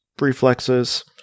reflexes